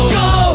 go